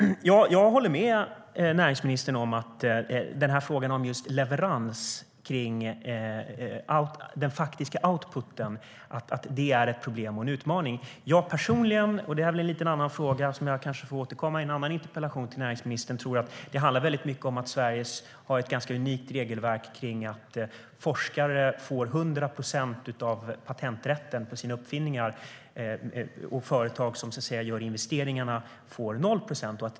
Jag håller med näringsministern om att frågan om den faktiska outputen är ett problem och en utmaning. Det här är en annan fråga som jag får återkomma till i en annan interpellation till näringsministern, men jag tror att det i mycket handlar om att Sverige har ett unikt regelverk som innebär att forskare får 100 procent av patenträtten på sina uppfinningar och att företag som gör investeringarna får 0 procent.